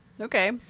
Okay